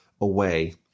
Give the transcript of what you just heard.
away